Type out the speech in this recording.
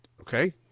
Okay